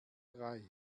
drei